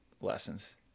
lessons